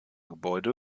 gebäude